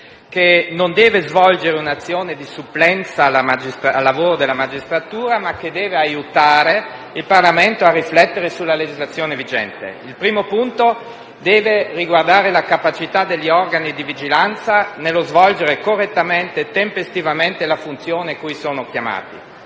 che non deve svolgere un'azione di supplenza al lavoro della magistratura, ma che deve aiutare il Parlamento a riflettere sulla legislazione vigente. Il primo punto deve riguardare la capacità degli organi di vigilanza di svolgere correttamente e tempestivamente la funzione cui sono chiamati.